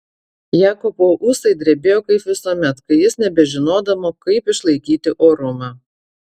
jakobo ūsai drebėjo kaip visuomet kai jis nebežinodavo kaip išlaikyti orumą